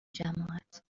جماعت